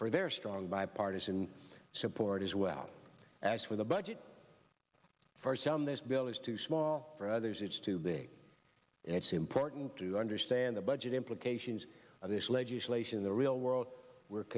for their strong bipartisan support as well as for the budget for some this bill is too small for others it's too big and it's important to understand the budget implications of this legislation the real world w